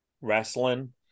wrestling